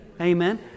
amen